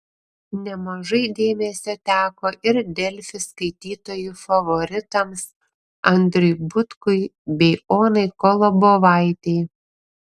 nemažai dėmesio teko ir delfi skaitytojų favoritams andriui butkui bei onai kolobovaitei